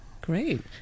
Great